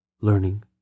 LEARNING